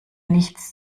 nichts